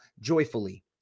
joyfully